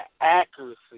accuracy